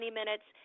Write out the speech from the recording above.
minutes